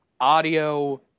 audio